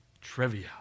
trivia